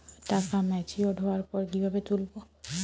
টাকা ম্যাচিওর্ড হওয়ার পর কিভাবে তুলব?